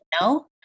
no